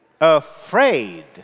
Afraid